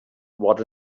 what